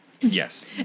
Yes